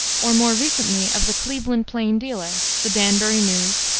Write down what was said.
or more recently of the cleveland plain dealer, the danbury news,